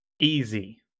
easy